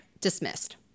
dismissed